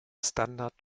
standard